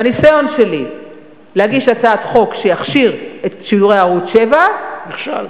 הניסיון שלי להגיש הצעת חוק שתכשיר את שידורי ערוץ-7 נכשל,